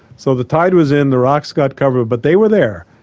so the tide was in, the rocks got covered, but they were there.